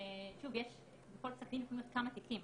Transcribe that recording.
שוב בכל פסק דין יכולים להיות כמה תיקים,